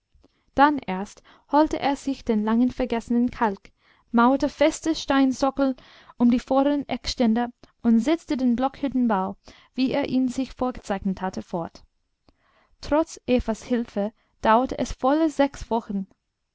dann erst holte er sich den lange vergessenen kalk mauerte feste steinsockel um die vorderen eckständer und setzte den blockhüttenbau wie er ihn sich vorgezeichnet hatte fort trotz evas hilfe dauerte es volle sechs wochen